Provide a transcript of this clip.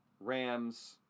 Rams